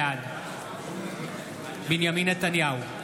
בעד בנימין נתניהו,